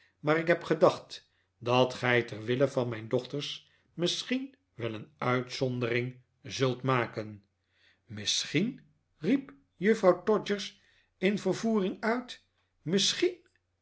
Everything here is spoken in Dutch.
mar ik heb gedacht dat gij ter wille van mijn dochters misschien wel een uitzondering zult maken misschien riep juffrouw todgers in vervoering uit misschien